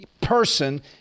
person